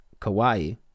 Kawaii